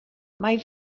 mae